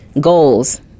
Goals